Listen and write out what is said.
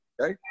Okay